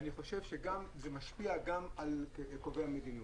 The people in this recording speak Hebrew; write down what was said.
ואני חושב שזה משפיע גם על קובעי המדיניות.